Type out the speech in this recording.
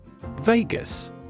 Vegas